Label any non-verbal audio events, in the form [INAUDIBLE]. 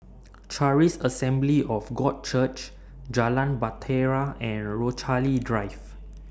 [NOISE] Charis Assembly of God Church Jalan Bahtera and Rochalie Drive